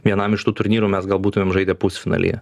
vienam iš tų turnyrų mes gal būtumėm žaidę pusfinalyje